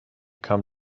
come